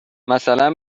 مثلا